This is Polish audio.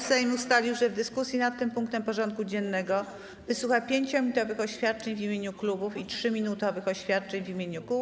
Sejm ustalił, że w dyskusji nad tym punktem porządku dziennego wysłucha 5-minutowych oświadczeń w imieniu klubów i 3-minutowych oświadczeń w imieniu kół.